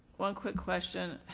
one quick question.